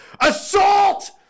assault